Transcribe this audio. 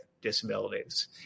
disabilities